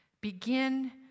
begin